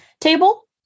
table